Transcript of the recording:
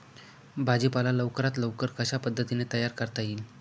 भाजी पाला लवकरात लवकर कशा पद्धतीने तयार करता येईल?